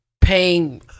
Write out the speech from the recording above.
paying